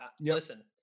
listen